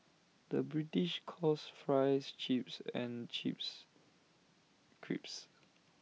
the British calls Fries Chips and Chips Crisps